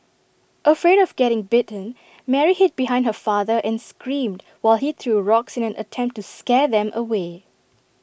afraid of getting bitten Mary hid behind her father and screamed while he threw rocks in an attempt to scare them away